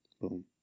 Boom